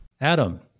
Adam